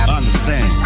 understand